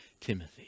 Timothy